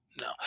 No